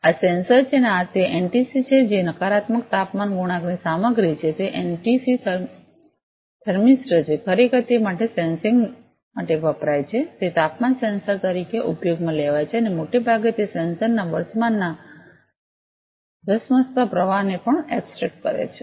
આ સેન્સર છે અને આ તે એનટીસી છે જે નકારાત્મક તાપમાન ગુણાંકની સામગ્રી છે તે એનટીસી થર્મિસ્ટર છે ખરેખર તે માટે સેન્સિંગ માટે વપરાય છે તે તાપમાન સેન્સર તરીકે ઉપયોગમાં લેવાય છે અને મોટે ભાગે તે સેન્સરના વર્તમાનના ધસમસતા પ્રવાહને પણ એબ્સ્ટ્રેક્ટ કરે છે